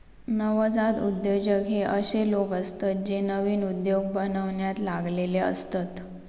नवजात उद्योजक हे अशे लोक असतत जे नवीन उद्योग बनवण्यात लागलेले असतत